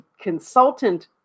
consultant